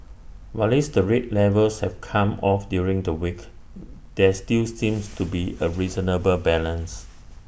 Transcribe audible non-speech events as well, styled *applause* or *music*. whilst the rate levels have come off during the week there still seems to be A reasonable *noise* balance